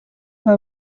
منم